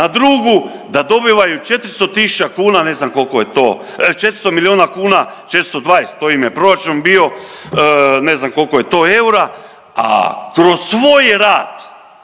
koliko je to, 400 milijuna kuna, 420, to im je proračun bio, ne znam koliko je to eura, a kroz svoj rad